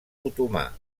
otomà